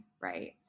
Right